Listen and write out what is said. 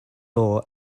law